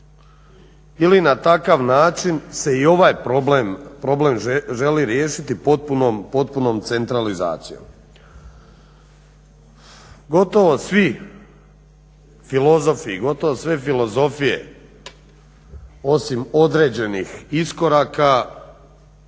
ili na takav način se i ovaj problem želi riješiti potpunom centralizacijom. Gotovo svi filozofi i gotovo sve